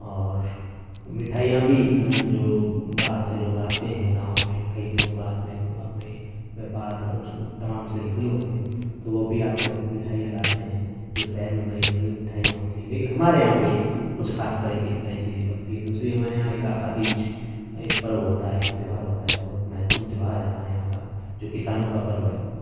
اور مٹھائیاں بھی جو باہر سے لوگ آتے ہیں گاؤں میں کئی دنوں بعد میں اپنے بیوپار اور تمام سلسلوں سے تو وہ بھی آتے وقت مٹھائیاں لاتے ہیں جو سہر میں بنی نرمت مٹھائیاں ہوتی ہیں لیکن ہمارے یہاں پہ کچھ خاص طرح کی اس طرح کی چیزیں بنتی ہیں دوسری ہمارے یہاں ایک آکھاتیج ایک پرو ہوتا ہے ایک تیوہار ہوتا ہے بہت مہتوپورن تیوہار ہے ہمارے یہاں کا جو کسانوں کا پرو ہے